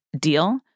Deal